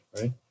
right